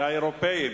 ואת האירופים,